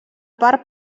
part